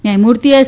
ન્યાયમૂર્તિ એસ